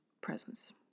presence